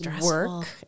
work